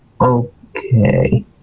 okay